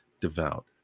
devout